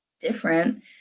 different